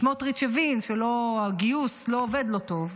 סמטוריץ' הבין שהגיוס לא עובד לו טוב,